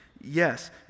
Yes